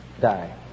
die